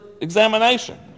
examination